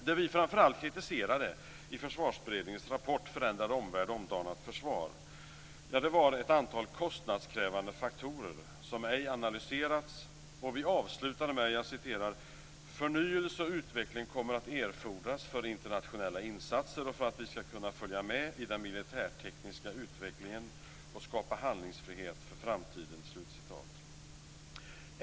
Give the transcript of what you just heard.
Det vi framför allt kritiserade i försvarsberedningens rapport Förändrad omvärld - omdanat försvar var ett antal kostnadskrävande faktorer som ej analyserats, och vi avslutade med "förnyelse och utveckling kommer att erfordras för internationella insatser och för att vi skall kunna följa med i den militärtekniska utvecklingen och skapa handlingsfrihet för framtiden."